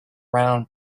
round